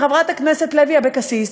חברת הכנסת לוי אבקסיס,